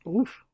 oof